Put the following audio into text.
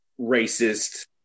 racist